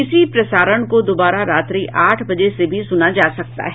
इसी प्रसारण को दोबारा रात्रि आठ बजे से भी सुना जा सकता है